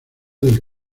del